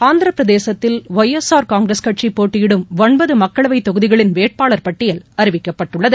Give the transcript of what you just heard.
ஆந்திரபிரதேசத்தில் Y S R Congress கட்சிபோட்டியிடும் ஒன்பதுமக்களவைதொகுதிகளின் வேட்பாளர் பட்டியல் அறிவிக்க்பபட்டுள்ளது